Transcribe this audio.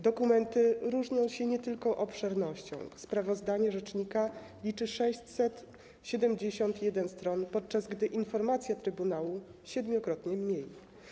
Dokumenty różnią się nie tylko obszernością; sprawozdanie rzecznika liczy 671 stron, podczas gdy informacja trybunału - siedmiokrotnie mniej.